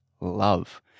love